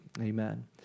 Amen